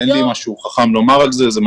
אין לי משהו חכם לומר על זה.